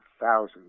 thousands